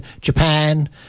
Japan